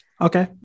Okay